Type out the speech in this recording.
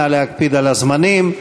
נא להקפיד על הזמנים.